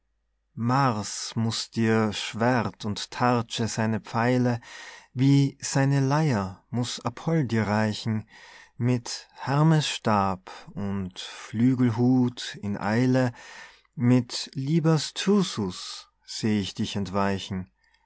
mars muß dir schwert und tartsche seine pfeile wie seine leyer muß apoll dir reichen mit hermes stab und flügelhut in eile mit liber's thyrsus seh ich dich entweichen